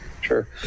Sure